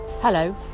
Hello